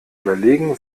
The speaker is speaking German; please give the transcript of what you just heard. überlegen